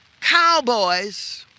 Cowboys